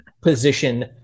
position